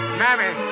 mammy